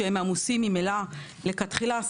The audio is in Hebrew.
שהם עמוסים ממילא לכתחילה.